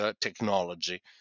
technology